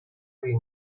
ببری